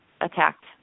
attacked